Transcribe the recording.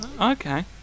Okay